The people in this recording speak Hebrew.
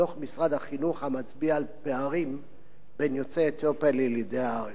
דוח משרד החינוך המצביע על פערים בין יוצאי אתיופיה לילידי הארץ.